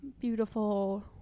beautiful